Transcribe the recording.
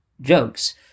Jokes